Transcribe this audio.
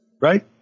right